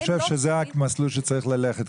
אני חושב שזה המסלול שבו צריך ללכת,